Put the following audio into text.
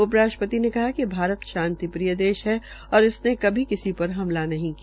उप राष्ट्रपति ने कहा कि भारत शांतिप्रिय देश है और इसने कभी किसी पर हमला नहीं किया